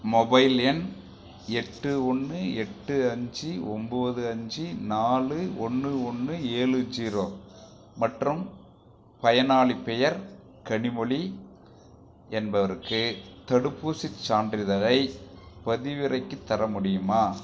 mobile எண் எட்டு ஒன்று எட்டு அஞ்சு ஒம்போது அஞ்சு நாலு ஒன்று ஒன்று ஏழு ஜீரோ மற்றும் பயனாளிப் பெயர் கனிமொழி என்பவருக்கு தடுப்பூசிச் சான்றிதழைப் பதிவிறக்கித் தர முடியுமா